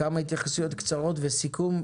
כמה התייחסויות קצרות, וסיכום.